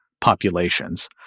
populations